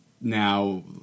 now